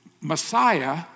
Messiah